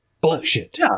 bullshit